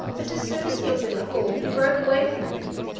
but as soon as he was in the hall he broke away from them,